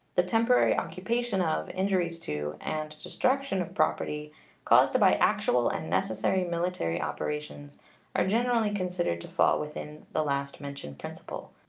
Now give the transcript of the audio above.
the temporary occupation of, injuries to, and destruction of property caused by actual and necessary military operations are generally considered to fall within the last-mentioned principle.